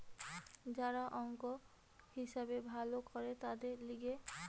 যারা অংক, হিসাব ভালো করে তাদের লিগে